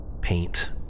paint